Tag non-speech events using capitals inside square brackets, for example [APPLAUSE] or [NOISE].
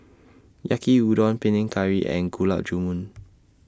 [NOISE] Yaki Udon Panang Curry and Gulab Jamun